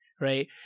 Right